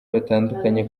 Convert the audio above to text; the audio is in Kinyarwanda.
batandukanye